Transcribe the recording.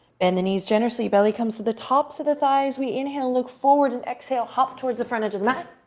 bend the knees generously, belly comes to the tops of the thighs. we inhale, look forward and exhale, hop towards the front edge of the mat.